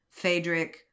Phaedric